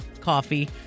coffee